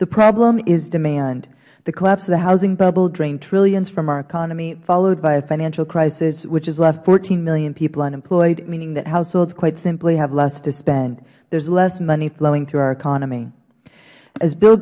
the problem is demand the collapse of the housing bubble drained billions from our economy followed by a financial crisis which has left fourteen million people unemployed meaning that households quite simply have less to spend there is less money flowing through our economy as bill